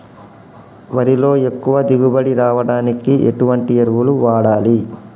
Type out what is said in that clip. వరిలో ఎక్కువ దిగుబడి రావడానికి ఎటువంటి ఎరువులు వాడాలి?